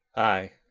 ay,